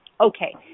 Okay